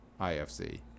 IFC